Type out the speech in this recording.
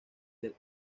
del